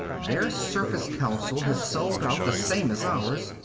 their surface council has sold out, the same as ours.